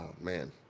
man